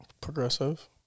Progressive